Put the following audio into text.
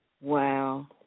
Wow